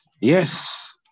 Yes